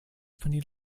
vanilla